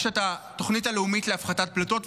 יש את התוכנית הלאומית להפחתת פליטות,